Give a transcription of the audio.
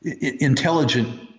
intelligent